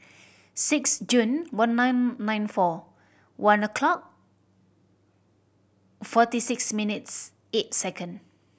six June one nine nine four one o'clock forty six minutes eight second